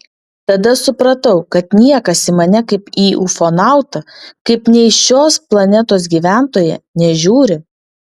tada supratau kad niekas į mane kaip į ufonautą kaip ne į šios planetos gyventoją nežiūri